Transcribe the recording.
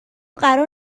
قرار